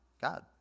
God